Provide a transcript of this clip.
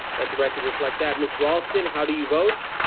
let the record reflect that miss raulston, how do you vote?